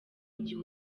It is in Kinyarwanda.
gihe